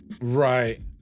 Right